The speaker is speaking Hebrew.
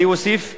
אני אוסיף כך: